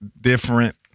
different